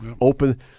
open